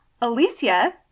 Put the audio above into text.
Alicia